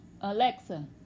Alexa